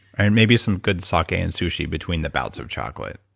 and maybe some good soccer and sushi between the bouts of chocolate.